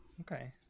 Okay